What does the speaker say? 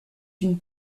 une